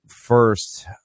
first